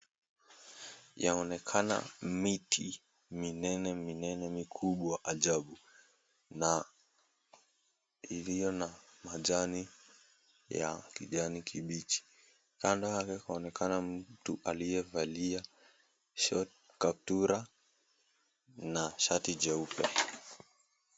Yaonekana miti minene minene mikubwa ajabu, na iliyo na majani ya kijani kibichi. Kando yake paonekana mtu aliyevalia kaptura na shati jeupe.